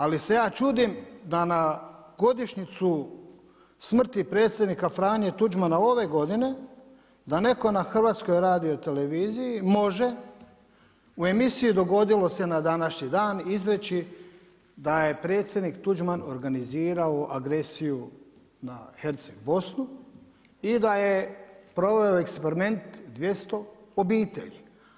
Ali se ja čudim da na godišnjicu smrti predsjednika Franje Tuđmana ove godine, da netko na Hrvatskoj radioteleviziji može u emisiji „Dogodilo se na današnji dan“ izreći da je predsjednik Tuđman organizirao agresiju na Herceg Bosnu i da je proveo eksperiment 200 obitelji.